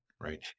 Right